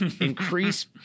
increase